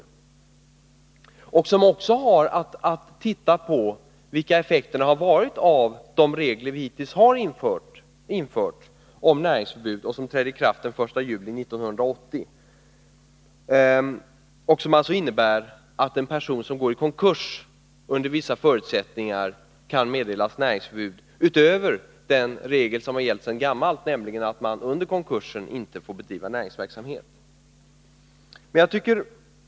Den utredningen har också till uppgift att titta på vilka effekterna har varit av de regler om näringsförbud som vi hittills har infört och som trädde i kraft den 1 juli 1980. De reglerna innebär att en person som går i konkurs under vissa förutsättningar kan meddelas näringsförbud utöver den regel som gällt sedan gammalt om att en person som är försatt i konkurs inte får bedriva näringsverksamhet.